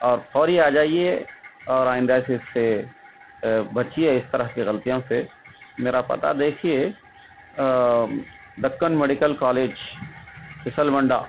اور فوری آ جائیے اور آئندہ سے اس سے بچیے اس طرح کی غلطیوں سے میرا پتہ دیکھیے دکن میڈیکل کالج پھسلمنڈا